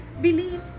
believe